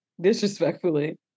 Disrespectfully